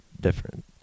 different